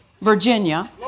Virginia